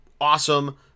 awesome